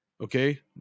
Okay